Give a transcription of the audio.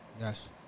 yes